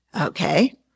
okay